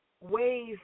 ways